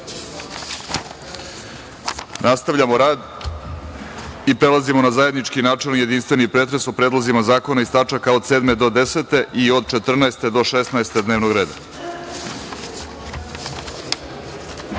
skupštine. Nastavljamo rad. Prelazimo na zajednički načelni i jedinstveni pretres o predlozima zakona iz tačaka od 7. do 10. i od 14. do 16. dnevnog